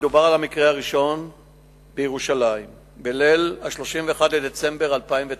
ומדובר במקרה הראשון בירושלים: בליל 31 בדצמבר 2009